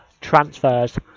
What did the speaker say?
transfers